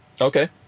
Okay